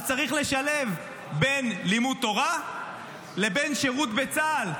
אז צריך לשלב בין לימוד תורה לבין שירות בצה"ל.